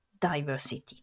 diversity